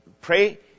pray